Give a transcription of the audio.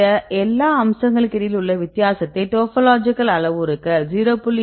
இந்த எல்லா அம்சங்களுக்கிடையில் உள்ள வித்தியாசத்தை டோபோலாஜிக்கல் அளவுருக்கள் 0